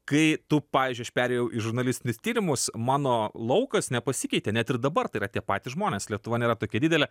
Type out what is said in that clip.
kai tu pavyzdžiui aš perėjau į žurnalistinius tyrimus mano laukas nepasikeitė net ir dabar tai yra tie patys žmonės lietuva nėra tokia didelė